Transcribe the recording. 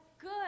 good